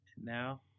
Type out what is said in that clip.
Now